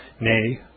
nay